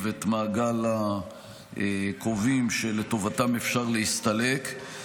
את מעגל הקרובים שלטובתם אפשר להסתלק,